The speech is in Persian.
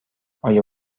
آیا